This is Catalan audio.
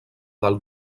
del